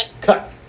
Cut